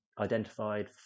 identified